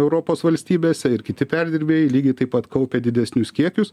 europos valstybėse ir kiti perdirbėjai lygiai taip pat kaupia didesnius kiekius